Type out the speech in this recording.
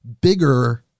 bigger